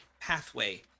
pathway